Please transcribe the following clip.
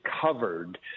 covered